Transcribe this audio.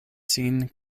sin